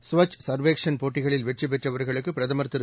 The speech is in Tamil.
ஸ்வச் ஸர்வேக்ஷன் போட்டிகளில் வெற்றிபெற்றவர்களுக்குபிரதமர் திரு